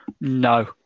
No